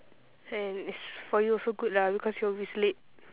and is for you also good lah because you always late